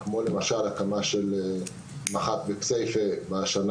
כמו למשל הקמה של מח״ט בכסייפה בשנה